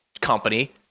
company